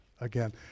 again